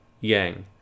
Yang